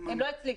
הם לא אצלי.